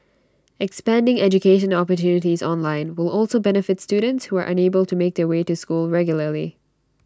expanding education opportunities online will also benefit students who are unable to make their way to school regularly